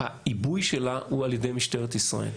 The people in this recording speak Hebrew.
העיבוי שלה הוא על ידי משטרת ישראל.